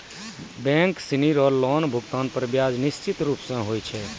bank सिनी रो loan भुगतान पर ब्याज निश्चित रूप स होय छै